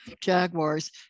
Jaguars